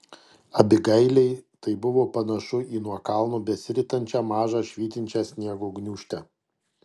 abigailei tai buvo panašu į nuo kalno besiritančią mažą švytinčią sniego gniūžtę